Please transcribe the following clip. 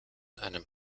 einen